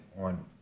on